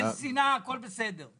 אין שנאה, הכול בסדר.